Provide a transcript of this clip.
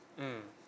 mmhmm